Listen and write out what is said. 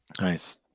Nice